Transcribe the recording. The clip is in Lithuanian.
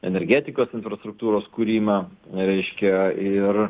energetikos infrastruktūros kūrimą reiškia ir